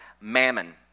mammon